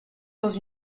dans